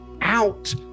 out